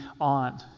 on